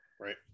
right